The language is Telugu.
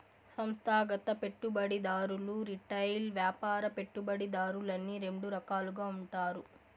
సంస్థాగత పెట్టుబడిదారులు రిటైల్ వ్యాపార పెట్టుబడిదారులని రెండు రకాలుగా ఉంటారు